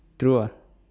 true ah